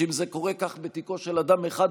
שאם זה קורה כך בתיקו של אדם אחד,